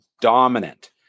dominant